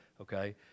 Okay